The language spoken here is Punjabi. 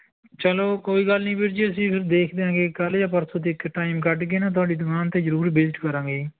ਚਲੋ ਕੋਈ ਗੱਲ ਨਹੀਂ ਵੀਰ ਜੀ ਅਸੀਂ ਦੇਖ ਦਿਆਂਗੇ ਕੱਲ੍ਹ ਜਾਂ ਪਰਸੋਂ ਦੇਖ ਕੇ ਟਾਈਮ ਕੱਢ ਕੇ ਨਾ ਤੁਹਾਡੀ ਦੁਕਾਨ 'ਤੇ ਜ਼ਰੂਰ ਵਿਜ਼ਟ ਕਰਾਂਗੇ